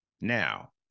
Now